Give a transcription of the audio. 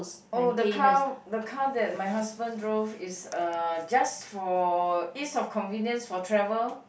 oh the car the car that my husband drove is uh just for ease of convenience for travel